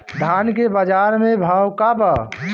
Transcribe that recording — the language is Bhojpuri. धान के बजार में भाव का बा